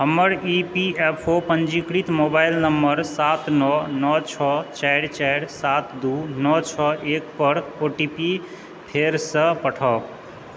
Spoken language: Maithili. हमर ई पी एफ ओ पंजीकृत मोबाइल नम्बर सात नओ नओ छओ चारि चारि सात दू नओ छओ एक पर ओ टी पी फेरसँ पठाउ